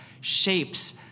shapes